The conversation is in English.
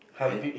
and